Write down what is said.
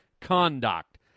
conduct